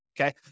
okay